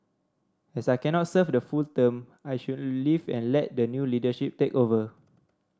as I cannot serve the full term I should leave and let the new leadership take over